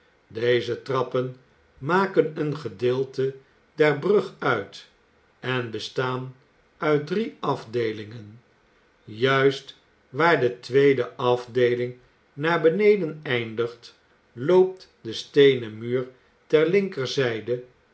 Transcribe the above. deze trappen maken een gedeelte der brug uit en bestaan uit drie afdeelingen juist waar de tweede afdeeling naar beneden eindigt loopt de steenen muur ter linkerzijde